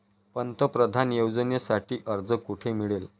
पंतप्रधान योजनेसाठी अर्ज कुठे मिळेल?